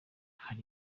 hari